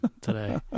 today